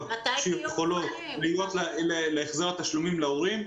שיכולות להיות להחזר התשלומים להורים.